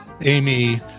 Amy